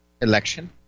election